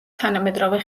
თანამედროვე